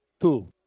two